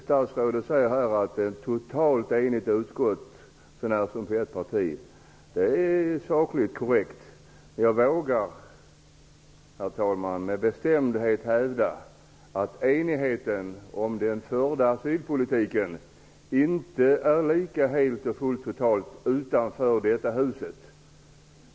Statsrådet sade att utskottet var totalt enigt, så när som på ett parti. Det är sakligt korrekt. Jag vågar med bestämdhet hävda att enigheten om den förda asylpolitiken inte är lika total utanför detta hus.